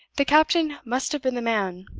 the captain must have been the man.